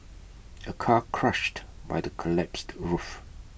A car crushed by the collapsed roof